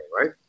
right